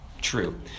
true